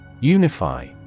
Unify